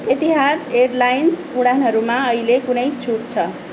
एतिहाद airlines उडानहरूमा अहिले कुनै छुट छ